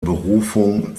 berufung